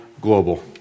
global